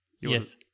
Yes